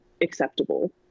acceptable